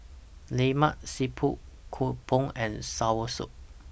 Lemak Siput Kuih Bom and Soursop